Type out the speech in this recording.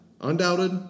Undoubted